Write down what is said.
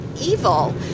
evil